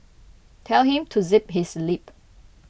tell him to zip his lip